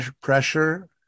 pressure